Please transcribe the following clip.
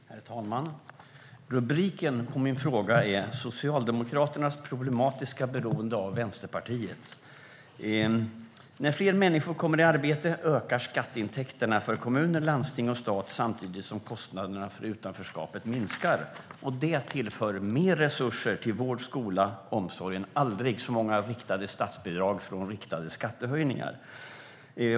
Herr talman! Rubriken på min fråga är: Socialdemokraternas problematiska beroende av Vänsterpartiet. När fler människor kommer i arbete ökar skatteintäkterna för kommuner, landsting och stat samtidigt som kostnaderna för utanförskapet minskar. Det tillför mer resurser till vård, skola och omsorg än aldrig så många riktade statsbidrag från riktade skattehöjningar.